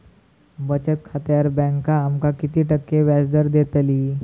बचत खात्यार बँक आमका किती टक्के व्याजदर देतली?